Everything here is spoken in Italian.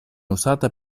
usata